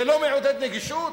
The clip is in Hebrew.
זה לא מעודד נגישות,